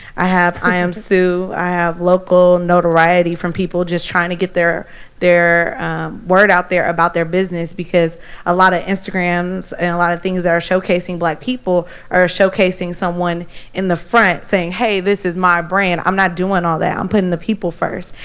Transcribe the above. i have iamsu, i have local notoriety from people just trying to get their word out there about their business, because a lot of instagrams and a lot of things that are showcasing black people are showcasing someone in the front saying hey, this is my brand. i'm not doing all that, i'm putting the people first.